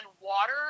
water